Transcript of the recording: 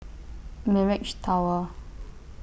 Mirage Tower